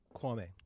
Kwame